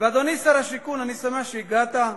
ואדוני שר השיכון, אני שמח שהגעת,